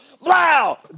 Wow